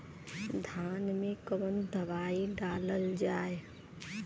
धान मे कवन दवाई डालल जाए?